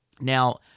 Now